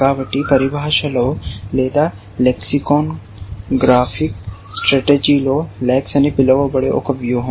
కాబట్టి పరిభాషలో లేదా లెక్సికన్ గ్రాఫిక్ స్ట్రాటజీ లో లాక్స్ అని పిలువబడే ఒక వ్యూహం